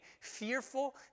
fearful